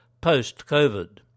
post-Covid